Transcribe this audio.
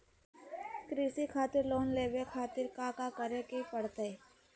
कृषि खातिर लोन लेवे खातिर काका करे की परतई?